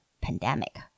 pandemic